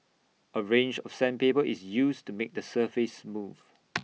A range of sandpaper is used to make the surface smooth